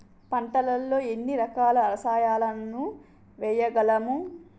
పంటలలో ఎన్ని రకాల రసాయనాలను వేయగలము?